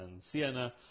Sienna